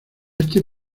este